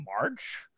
March